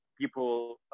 people